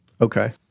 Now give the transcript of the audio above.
Okay